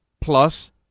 plus